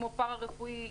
כמו פארא-רפואי,